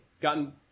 gotten